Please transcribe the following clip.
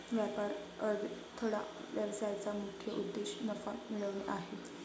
व्यापार अडथळा व्यवसायाचा मुख्य उद्देश नफा मिळवणे आहे